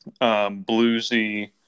bluesy